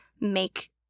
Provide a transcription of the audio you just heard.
make